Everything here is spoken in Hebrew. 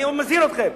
אני מזהיר אתכם,